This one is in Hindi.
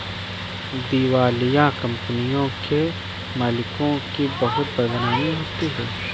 दिवालिया कंपनियों के मालिकों की बहुत बदनामी होती है